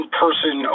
person